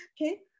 okay